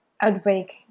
outbreak